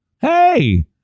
Hey